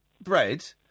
bread